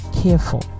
careful